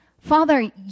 Father